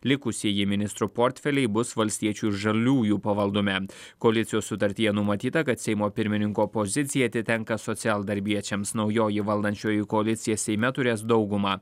likusieji ministrų portfeliai bus valstiečių ir žaliųjų pavaldume koalicijos sutartyje numatyta kad seimo pirmininko pozicija atitenka socialdarbiečiams naujoji valdančioji koalicija seime turės daugumą